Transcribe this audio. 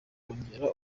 kongera